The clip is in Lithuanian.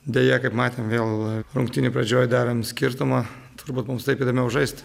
deja kaip matėm vėl rungtynių pradžioj darom skirtumą turbūt mums taip įdomiau žaist